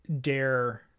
Dare